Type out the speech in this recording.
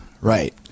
right